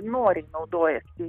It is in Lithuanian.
noriai naudojasi